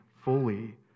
fully